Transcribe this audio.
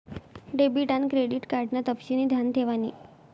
debit आन credit card ना तपशिनी ध्यान ठेवानी